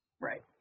Right